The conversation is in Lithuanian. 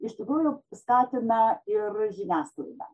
iš tikrųjų skatina ir žiniasklaida